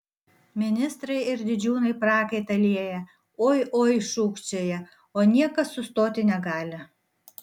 ministrai ir didžiūnai prakaitą lieja oi oi šūkčioja o niekas sustoti negali